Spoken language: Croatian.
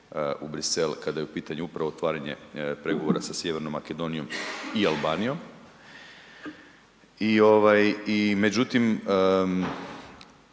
u Brisel kada je u pitanju upravo otvaranje pregovora sa Sjevernom Makedonijom i Albanijom. I ovaj i